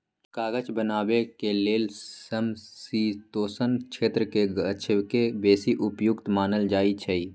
कागज बनाबे के लेल समशीतोष्ण क्षेत्रके गाछके बेशी उपयुक्त मानल जाइ छइ